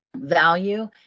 value